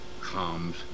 Comes